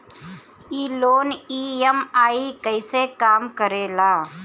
ई loan EMI कईसे काम करेला?